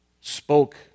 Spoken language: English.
spoke